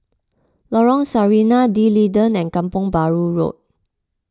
Lorong Sarina D'Leedon and Kampong Bahru Road